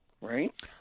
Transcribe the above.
Right